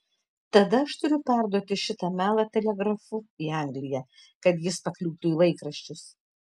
tada aš turiu perduoti šitą melą telegrafu į angliją kad jis pakliūtų į laikraščius